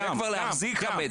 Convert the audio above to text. אסור להחזיק חמץ,